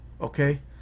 Okay